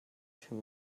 too